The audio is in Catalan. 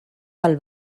del